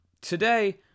today